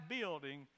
building